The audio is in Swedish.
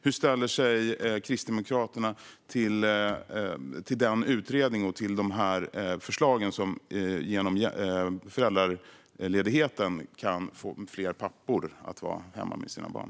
Hur ställer sig Kristdemokraterna till den utredningen och till förslagen om att man genom föräldraledigheten kan få fler pappor att vara hemma med sina barn?